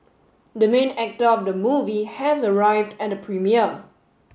the main actor of the movie has arrived at the premiere